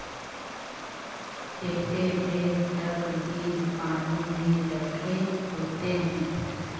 केते देर तक बीज पानी में रखे होते हैं?